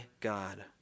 God